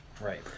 right